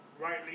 rightly